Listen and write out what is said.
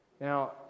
Now